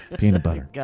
peanut butter.